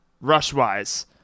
rush-wise